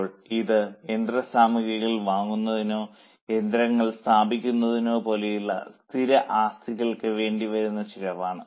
ഇപ്പോൾ ഇത് യന്ത്രസാമഗ്രികൾ വാങ്ങുന്നതിനോ യന്ത്രങ്ങൾ സ്ഥാപിക്കുന്നതിനോ പോലെയുള്ള സ്ഥിര ആസ്തികൾക്ക് വേണ്ടി വരുന്ന ചിലവാണ്